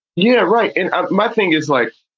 you know? right. and my thing is, like,